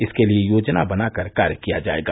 इसके लिये योजना बना कर कार्य किया जायेगा